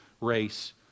race